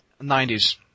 90s